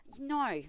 No